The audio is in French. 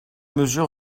mesure